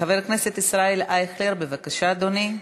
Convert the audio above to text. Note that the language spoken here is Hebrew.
חבר הכנסת ישראל אייכלר, בבקשה, אדוני.